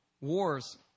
wars